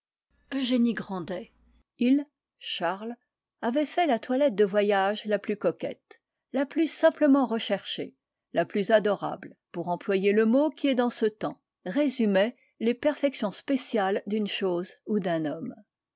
de lui a il charles avait fait la toilette de voyage la plus coquette la plus simplement recherchée la plus adorable pour employer le mot qui dans ce temps résumait les perfections spéciales d'une chose ou d'un homme